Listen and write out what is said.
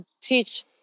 teach